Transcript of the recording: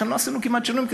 לכן לא עשינו כמעט שינויים,